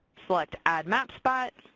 select add mapspot,